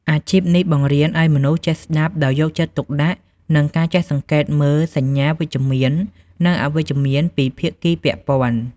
អាជីពនេះបង្រៀនឱ្យមនុស្សចេះស្តាប់ដោយយកចិត្តទុកដាក់ និងការចេះសង្កេតមើលសញ្ញាវិជ្ជមាន និងអវិជ្ជមានពីភាគីពាក់ព័ន្ធ។